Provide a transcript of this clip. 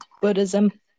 buddhism